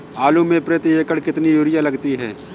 आलू में प्रति एकण कितनी यूरिया लगती है?